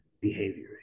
behavior